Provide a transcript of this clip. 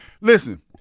Listen